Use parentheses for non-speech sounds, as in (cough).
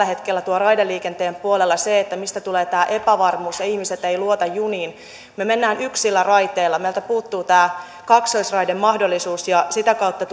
(unintelligible) hetkellä tuolla raideliikenteen puolella se että mistä tulee tämä epävarmuus ja se että ihmiset eivät luota juniin me menemme yksillä raiteilla meiltä puuttuu tämä kaksoisraidemahdollisuus ja sitä kautta (unintelligible)